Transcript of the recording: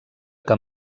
que